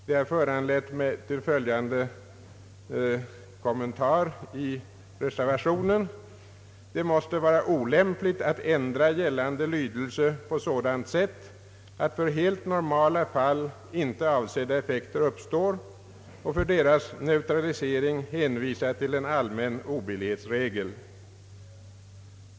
Det har föranlett mig till följande kommentar i reservationen: »Emellertid synes det olämpligt att ändra gällande lydelse på sådant sätt, att för helt normala fall ej avsedda effekter uppstår, och för deras neutralisering hänvisa till en allmän obilligheisregel.